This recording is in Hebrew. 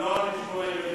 אבל לא על חשבון הילדים.